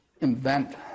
invent